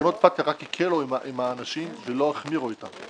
תקנות פטקא רק הקלו עם האנשים ולא החמירו אתם.